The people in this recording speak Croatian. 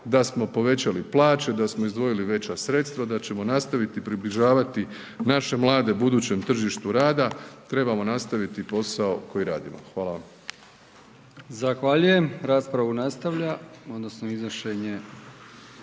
da smo povećali plaće, da smo izdvojili veća sredstva, da ćemo nastaviti približavati naše mlade budućem tržištu rada trebamo nastaviti posao koji radimo. Hvala vam.